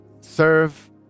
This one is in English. serve